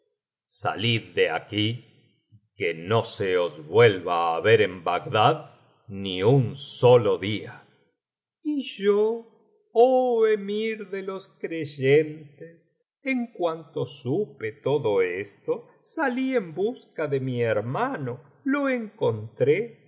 salid de aquí y que no se os vuelva a ver en bagdad ni un solo día y yo olí emir de los creyentes en cuanto supe todo esto salí en busca de mi hermano lo encontré lo